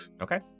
Okay